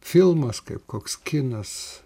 filmas kaip koks kinas